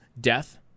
death